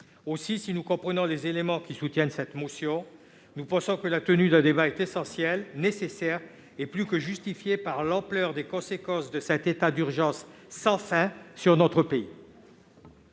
Aussi, bien que nous comprenions les arguments en faveur de cette motion, nous estimons néanmoins que la tenue d'un débat est essentielle, nécessaire et plus que justifiée par l'ampleur des conséquences de cet état d'urgence sans fin sur notre pays.